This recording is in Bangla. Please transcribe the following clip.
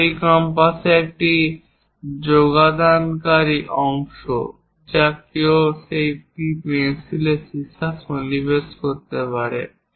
এবং এটি কম্পাসের একটি যোগদানকারী অংশ যা কেউ একটি পেন্সিল সীসা সন্নিবেশ করতে পারে